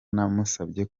namusabye